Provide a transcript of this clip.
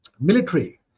military